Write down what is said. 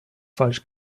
falsch